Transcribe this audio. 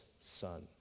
Son